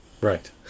Right